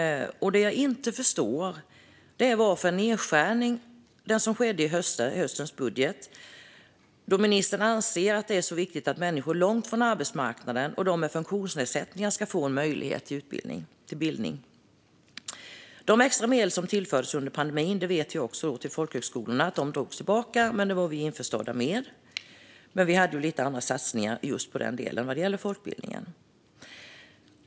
Det jag inte förstår är varför det gjordes en nedskärning i höstens budget om nu ministern anser att det är så viktigt att människor långt från arbetsmarknaden och personer med funktionsnedsättning ska få möjlighet till utbildning och bildning. Att de extra medel som tillfördes till folkhögskolorna under pandemin togs bort var vi införstådda med. Men vi hade lite andra satsningar på folkbildningen.